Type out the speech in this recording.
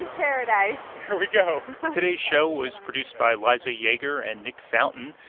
paradise here we go today's show was produced by liza yeager and nick fountain.